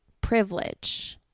privilege